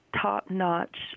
top-notch